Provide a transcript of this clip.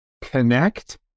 connect